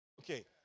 Okay